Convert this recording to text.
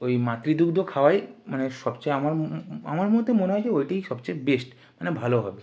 ওই মাতৃদুগ্ধ খাওয়াই মানে সবচেয়ে আমার আমার মতে মনে হয় যে ওইটাই সবচেয়ে বেস্ট মানে ভালো হবে